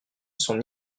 son